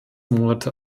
monate